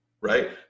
Right